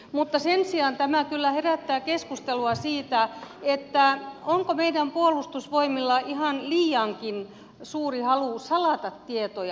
mutta sen sijaan tämä kyllä herättää keskustelua siitä onko meidän puolustusvoimilla ihan liiankin suuri halu salata tietoja